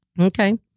Okay